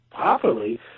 properly